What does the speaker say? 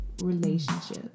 relationship